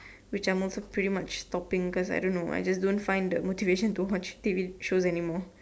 which I am also pretty much stopping cause I don't know I don't find the motivation to watch T_V shows anymore